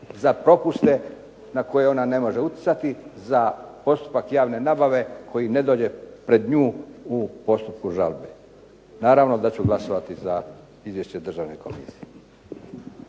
za propuste na koje ona ne može utjecati za postupak javne nabave koji ne dođe pred nju u postupku žalbe. Naravno da ću glasovati za Izvješće državne komisije.